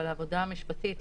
אבל העבודה המשפטית,